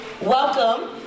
welcome